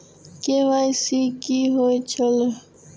KYC कि होई छल?